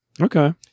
Okay